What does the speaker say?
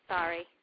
Sorry